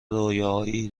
رویاهایی